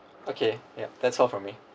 okay yup that's all from me